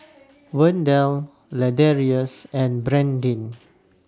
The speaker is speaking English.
Wendell Ladarius and Brandin